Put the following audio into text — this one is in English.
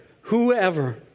Whoever